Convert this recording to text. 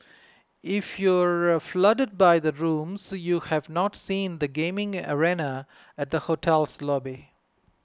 if you're floored by the rooms you have not seen the gaming arena at the hotel's lobby